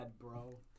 bro